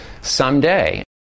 someday